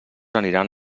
aniran